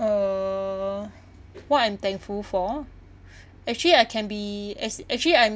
uh what I'm thankful for actually I can be as actually I'm